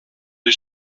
die